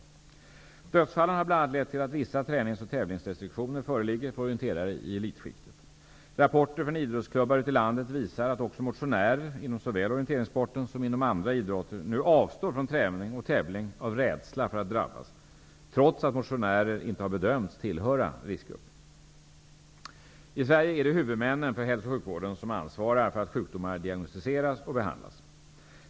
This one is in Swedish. Dödsfallen har bl.a. lett till att vissa träningsoch tävlingsrestriktioner föreligger för orienterare i elitskiktet. Rapporter från idrottsklubbar ute i landet visar att också motionärer inom såväl orienteringssporten som andra idrotter nu avstår från träning och tävling av rädsla för att drabbas, trots att motionärer inte har bedömts tillhöra riskgruppen. I Sverige är det huvudmännen för hälso och sjukvården som ansvarar för att sjukdomar diagnostiseras och behandlas.